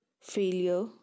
failure